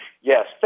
yes